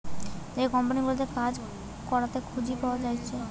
যে কোম্পানি গুলাতে কাজ করাতে পুঁজি পাওয়া যায়টে